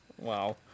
Wow